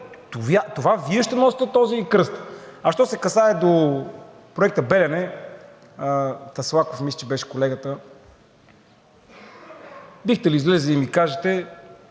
ГЕРБ. Вие ще носите този кръст. А що се касае до проекта „Белене“ – Таслаков мисля, че беше колегата, бихте ли излезли да ми кажете: